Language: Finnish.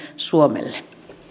suomelle